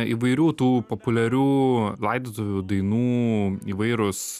įvairių tų populiarių laidotuvių dainų įvairūs